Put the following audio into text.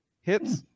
hits